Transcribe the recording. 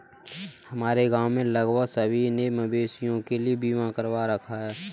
हमारे गांव में लगभग सभी ने मवेशियों के लिए बीमा करवा रखा है